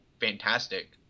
fantastic